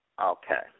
Okay